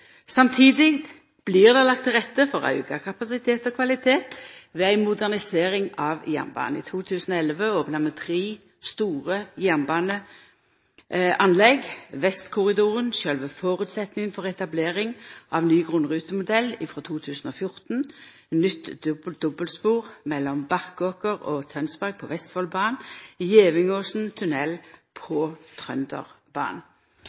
blir det lagt til rette for auka kapasitet og kvalitet ved ei modernisering av jernbanen. I 2011 opna vi tre store jernbaneanlegg: Vestkorridoren, sjølve føresetnaden for etableringa av ny grunnrutemodell frå 2014 nytt dobbeltspor mellom Barkåker og Tønsberg på Vestfoldbanen